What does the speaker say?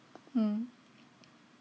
mm